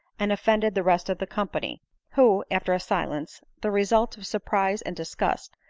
and offended the rest of the company who, after a silence, the result of surprise and disgust,